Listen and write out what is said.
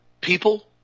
People